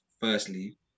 firstly